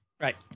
Right